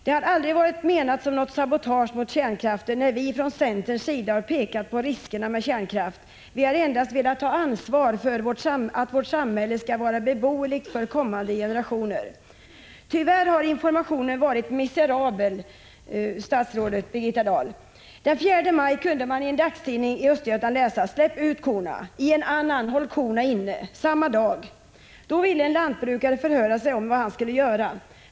Det har aldrig varit menat som något sabotage mot kärnkraften när vi från centerns sida har pekat på riskerna med kärnkraften. Vi har endast velat ta ansvar för att vårt samhälle skall vara beboeligt för kommande generationer. Tyvärr har informationen varit miserabel, statsrådet Birgitta Dahl. Den 4 maj kunde man i en dagstidning i Östergötland läsa: Släpp ut korna. I en annan tidning samma dag stod: Håll korna inne. Då ville en lantbrukare förhöra sig om hur han skulle göra.